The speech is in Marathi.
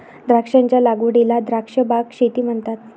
द्राक्षांच्या लागवडीला द्राक्ष बाग शेती म्हणतात